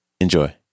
Enjoy